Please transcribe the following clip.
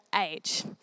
age